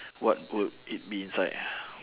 what would it be inside